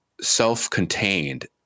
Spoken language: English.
self-contained